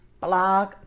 Blog